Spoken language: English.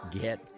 get